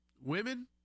women